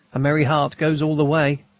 a merry heart goes all the way,